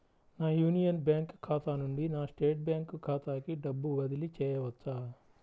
నా Union Bank ఖాతా నుండి నా స్టేట్ బ్యాంకు ఖాతాకి డబ్బు బదిలి చేయవచ్చా?